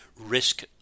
risk